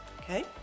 okay